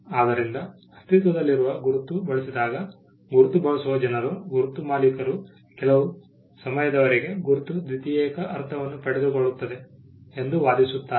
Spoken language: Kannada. ಆದ್ದರಿಂದ ಅಸ್ತಿತ್ವದಲ್ಲಿರುವ ಗುರುತು ಬಳಸಿದಾಗ ಗುರುತು ಬಳಸುವ ಜನರು ಗುರುತು ಮಾಲೀಕರು ಕೆಲವು ಸಮಯದವರೆಗೆ ಗುರುತು ದ್ವಿತೀಯಕ ಅರ್ಥವನ್ನು ಪಡೆದುಕೊಳ್ಳುತ್ತದೆ ಎಂದು ವಾದಿಸುತ್ತಾರೆ